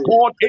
God